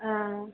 ಆಂ